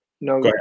no